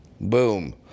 Boom